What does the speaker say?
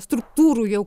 struktūrų jau